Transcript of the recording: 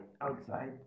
outside